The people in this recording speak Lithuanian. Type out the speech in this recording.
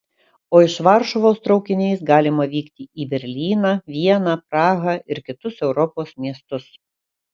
o iš varšuvos traukiniais galima vykti į berlyną vieną prahą ir kitus europos miestus